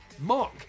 Mark